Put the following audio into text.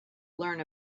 learn